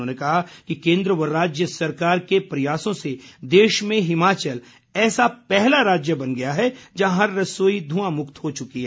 उन्होंने कहा कि केन्द्र व राज्य सरकार के प्रयासों से देश में हिमाचल ऐसा पहला राज्य बन गया है जहां हर रसोई धुआं मुक्त हो चुकी है